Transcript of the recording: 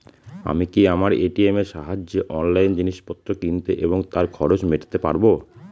আমি কি আমার এ.টি.এম এর সাহায্যে অনলাইন জিনিসপত্র কিনতে এবং তার খরচ মেটাতে পারব?